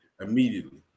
Immediately